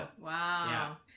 Wow